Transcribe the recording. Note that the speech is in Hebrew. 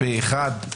הצו אושר פה אחד.